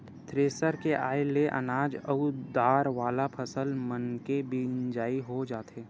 thresher के आये ले अनाज अउ दार वाला फसल मनके मिजई हो जाथे